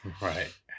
Right